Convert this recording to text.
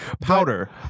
powder